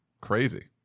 crazy